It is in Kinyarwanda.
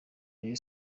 rayon